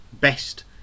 best